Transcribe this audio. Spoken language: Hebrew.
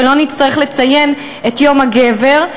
ולא נצטרך לצין את יום הגבר.